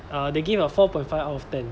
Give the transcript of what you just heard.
uh they give a four point five out of ten